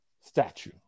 statue